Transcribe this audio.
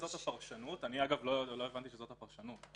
אני לא הבנתי שזאת הפרשנות,